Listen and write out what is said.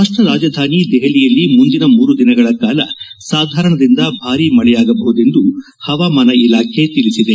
ರಾಷ್ಲ ರಾಜಧಾನಿ ದೆಹಲಿಯಲ್ಲಿ ಮುಂದಿನ ಮೂರು ದಿನಗಳ ಕಾಲ ಸಾಧಾರಣದಿಂದ ಭಾರೀ ಮಳೆಯಾಗಬಹುದೆಂದು ಹವಾಮಾನ ಇಲಾಖೆ ತಿಳಿಸಿದೆ